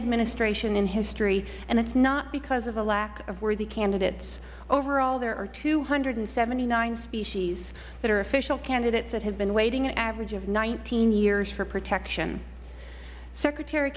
administration in history and it is not because of a lack of worthy candidates overall there are two hundred and seventy nine species that are official candidates and have been waiting an average of nineteen years for protection secretary